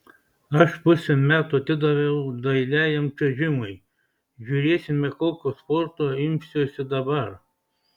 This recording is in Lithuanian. aš pusę metų atidaviau dailiajam čiuožimui žiūrėsime kokio sporto imsiuosi dabar